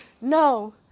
no